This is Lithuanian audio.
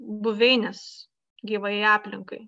buveines gyvajai aplinkai